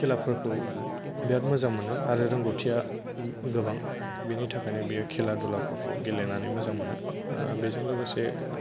खेलाफोरखौ बिरात मोजां मोनो आरो रोंगौथिया गोबां बिनिथाखायनो बियो खेला दुलाफोरखौ गेलेनानै मोजां मोनो बेजों लोगोसे